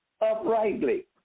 uprightly